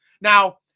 Now